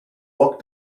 walk